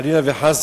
חלילה וחס,